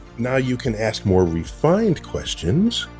now, you can ask more refined questions,